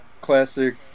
classic